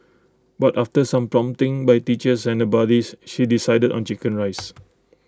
but after some prompting by teachers and buddies she decided on Chicken Rice